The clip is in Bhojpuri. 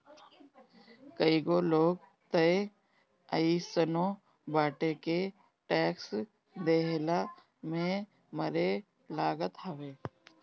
कईगो लोग तअ अइसनो बाटे के टेक्स देहला में मरे लागत हवे